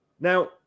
Now